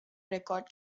record